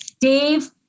Dave